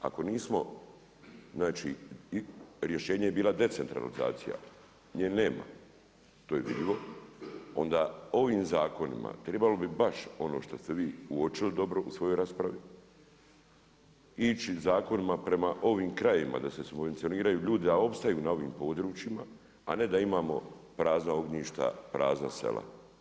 Ako nismo znači rješenje je bila decentralizacija, nje nema, to je vidljivo onda ovim zakonima trebalo bi baš ono što ste vi uočili dobro u svojoj raspravi ići zakonima prema ovim krajevima da se ljudi subvencioniraju, a opstaju na ovim područjima, a ne da imamo prazna ognjišta, prazna sela.